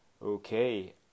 Okay